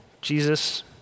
Jesus